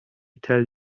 tell